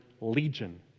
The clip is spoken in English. Legion